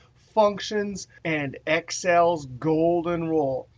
functions, and excel's golden rule.